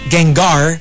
Gengar